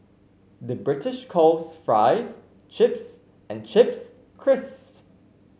the British calls fries chips and chips crisps